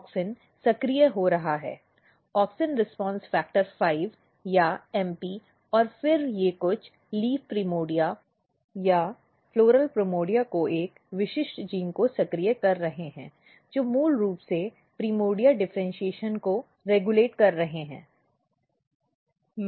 auxin सक्रिय हो रहा है ऑक्सिन रिस्पॉन्स फ़ैक्टर 5 या MP और फिर वे कुछ लीफ प्रिमोर्डिया या पुष्प प्राइमोर्डिया को एक विशिष्ट जीन को सक्रिय कर रहे हैं जो मूल रूप से प्राइमोर्डिया डिफ़र्इन्शीएशन को रेगुलेट कर रहे हैं